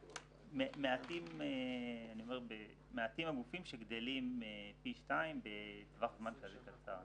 מעטים הגופים שגדלים פי שניים בטווח זמן כזה קצר.